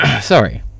Sorry